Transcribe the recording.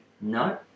No